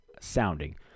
sounding